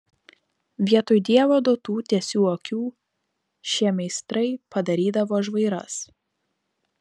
vietoj dievo duotų tiesių akių šie meistrai padarydavo žvairas